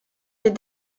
des